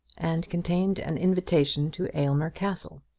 and contained an invitation to aylmer castle.